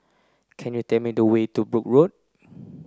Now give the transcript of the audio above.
can you tell me the way to Brooke Road